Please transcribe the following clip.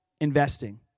investing